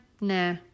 nah